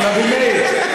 אי-אפשר להתקיל תימנים.